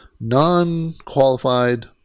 Non-qualified